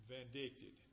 Vindicated